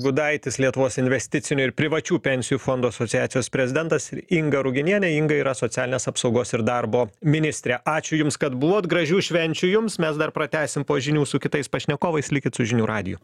gudaitis lietuvos investicinių ir privačių pensijų fondų asociacijos prezidentas ir inga ruginienė inga yra socialinės apsaugos ir darbo ministrė ačiū jums kad buvot gražių švenčių jums mes dar pratęsim po žinių su kitais pašnekovais likit su žinių radiju